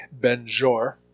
Benjor